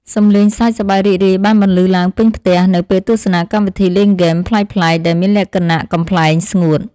សម្លេងសើចសប្បាយរីករាយបានបន្លឺឡើងពេញផ្ទះនៅពេលទស្សនាកម្មវិធីលេងហ្គេមប្លែកៗដែលមានលក្ខណៈកំប្លែងស្ងួត។